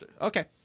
Okay